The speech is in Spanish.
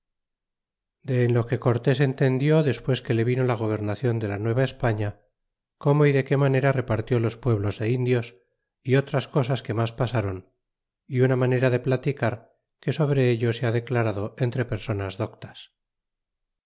de en lo que cortés entendió despues que le vino la gobernacion de la nueva espada cómo y de qué manera repartió los pueblos de indios otras cosas que mas pasdron y una manera de platicar que sobre ello se ha declarado entre personas doctas